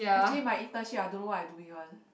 actually my internship I don't know what I doing one